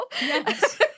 Yes